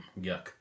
yuck